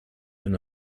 than